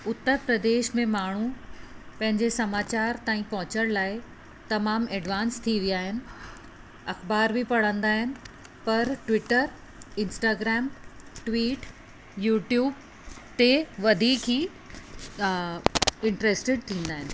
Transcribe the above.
उत्तर प्रदेश में माण्हू पंहिंजे समाचार ताईं पहुचण लाइ तमामु एडवांस थी विया आहिनि अख़बार बि पढ़ंदा आहिनि पर ट्विटर इंस्टाग्राम ट्वीट यूट्यूब ते वधीक ई इंट्रेस्टिड थींदा आहिनि